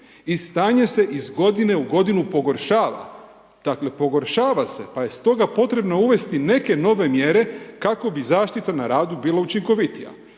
i stanje se iz godine u godinu pogoršava, dakle, pogoršava se, pa je stoga potrebno uvesti neke nove mjere kako bi zaštita na radu bila učinkovitija.